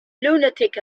lunatic